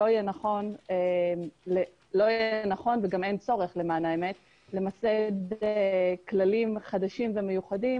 שלא יהיה נכון וגם אין צורך למסד כללים חדשים ומיוחדים